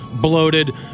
bloated